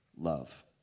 love